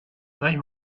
they